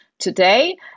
today